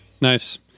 Nice